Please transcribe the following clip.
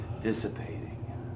dissipating